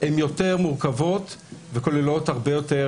הם יותר מורכבים וכוללים הרבה יותר